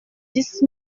dix